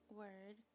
word